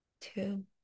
two